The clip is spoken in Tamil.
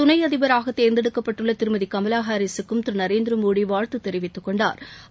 துணை அதிபராக தேர்ந்தெடுக்கப்பட்டள்ள திருமதி கமாலா ஹரீஸுக்கும் திரு நரேந்திரமோடி வாழ்த்து தெரிவித்துக் கொண்டாா்